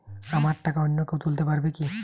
আমার টাকা অন্য কেউ তুলতে পারবে কি?